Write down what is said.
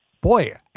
Boy